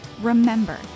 Remember